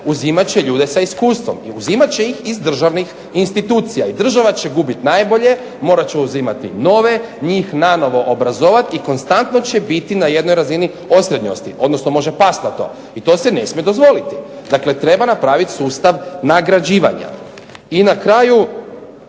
uzimat će ljude sa iskustvom i uzimat će ih iz državnih institucija i država će gubit najbolje, morat će uzimati nove, njih nanovo obrazovat i konstantno će biti na jednoj razini osrednjosti odnosno …/Govornik se ne razumije./… i to se ne smije dozvoliti. Dakle, treba napravit sustav nagrađivanja. I na kraju,